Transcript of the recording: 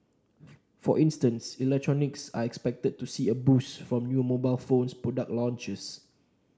for instance electronics are expected to see a boost from new mobile phone product launches